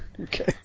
okay